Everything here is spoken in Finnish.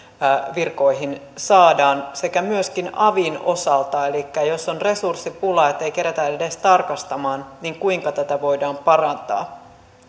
virkoihin saadaan sekä myöskin avin osalta elikkä jos on resurssipula ettei keritä edes tarkastamaan niin kuinka tätä voidaan parantaa